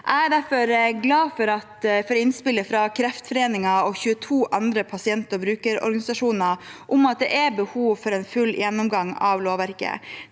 Jeg er derfor glad for innspillet fra Kreftforeningen og 22 andre pasient- og brukerorganisasjoner om at det er behov for en full gjennomgang av lovverket.